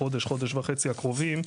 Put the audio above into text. לחודש-חודש וחצי הקרובים,